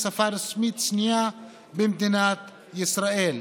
היא שפה רשמית שנייה במדינת ישראל".